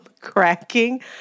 cracking